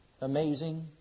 amazing